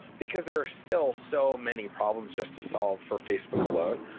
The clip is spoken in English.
because there are still so many problems just to solve for facebook alone.